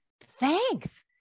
thanks